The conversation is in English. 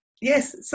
yes